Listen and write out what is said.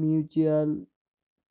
mutual